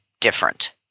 different